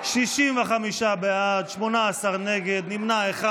65 בעד, 18 נגד, נמנע אחד.